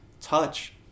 touch